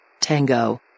Tango